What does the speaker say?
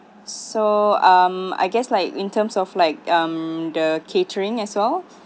so um I guess like in terms of like um the catering as well